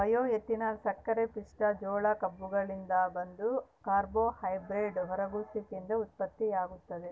bioethanol ಸಕ್ಕರೆಪಿಷ್ಟ ಜೋಳ ಕಬ್ಬುಗಳಿಂದ ಬಂದ ಕಾರ್ಬೋಹೈಡ್ರೇಟ್ ಹುದುಗುಸುವಿಕೆಯಿಂದ ಉತ್ಪತ್ತಿಯಾಗ್ತದ